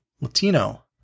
Latino